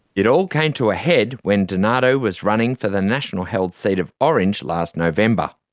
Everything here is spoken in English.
it all came to a head when donato was running for the national-held seat of orange last november.